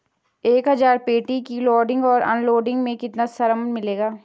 एक हज़ार पेटी सेब की लोडिंग और अनलोडिंग का कितना श्रम मिलेगा?